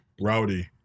rowdy